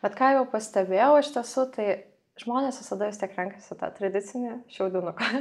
bet ką jau pastebėjau iš tiesų tai žmonės visada vis tiek renkasi tą tradicinį šiaudinuką